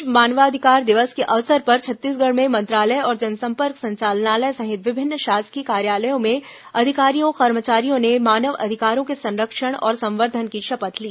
विश्व मानवाधिकार दिवस के अवसर पर छत्तीसगढ़ में मंत्रालय और जनसंपर्क संचालनालय सहित विभिन्न शासकीय कार्यालयों में अधिकारियों कर्मचारियों ने मानव अधिकारों के संरक्षण और संवर्धन की शपथ ली